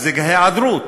זו היעדרות,